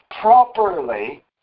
properly